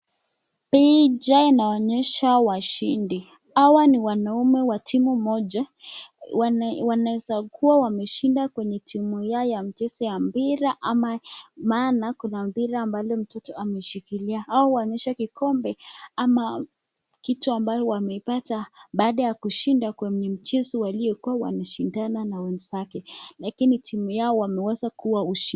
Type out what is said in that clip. Picha inaonyesha washindi, hawa ni wanaume wa timu moja wanaeza kuwa wameshinda kwenye timu yao ya mchezo ya mpira ama maana kuna mpira ambayo mtu ameshikilia, au huonyesha kikombe ama kitu ambayo wamepata baada ya kushinda kwenye mchezo waliokuwa wakishindana na wenzake. Lakini timu yao wameweza kuwa ushindi.